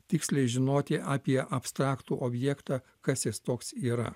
tiksliai žinoti apie abstraktų objektą kas jis toks yra